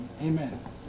Amen